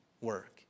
work